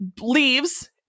leaves